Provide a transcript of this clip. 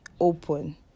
open